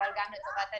אבל גם לטובת הנישומים.